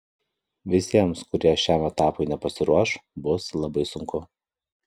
visiems kurie šiam etapui nepasiruoš bus labai sunku